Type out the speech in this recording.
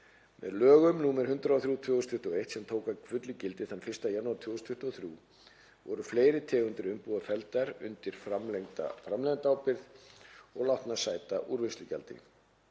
Með lögum nr. 103/2021, sem tóku að fullu gildi þann 1. janúar 2023, voru fleiri tegundir umbúða felldar undir framleiðendaábyrgð og látnar sæta úrvinnslugjaldi.